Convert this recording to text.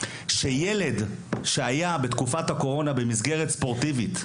שילד שהיה בתקופת הקורונה בתקופת הקורונה במסגרת ספורטיבית,